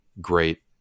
great